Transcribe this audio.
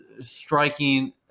striking –